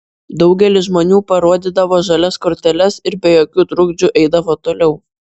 daugelis žmonių parodydavo žalias korteles ir be jokių trukdžių eidavo toliau